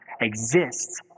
exists